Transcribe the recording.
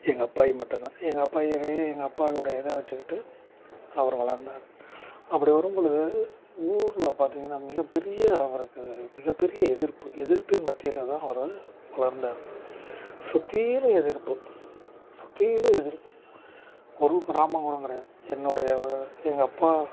எங்கள் அப்பாயி மட்டும்தான் எங்கள் அப்பாயி ஏதோ எங்கள் அப்பாவோட இதை வச்சுக்கிட்டு அவர் வளர்ந்தாரு அப்படி வரும் பொழுது ஊரில் பார்த்தீங்கனா மிகப் பெரிய அவருக்கு மிகப் பெரிய எதிர்ப்பு எதிர்ப்பின் மத்தியில்தான் அவர் வந்து வளர்ந்தார் சுற்றியிலும் எதிர்ப்பு சுற்றிலும் எதிர்ப்பு ஒரு கிராமம் கூட கிடையாது என்னுடைய எங்கள் அப்பா